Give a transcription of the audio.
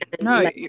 no